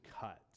cut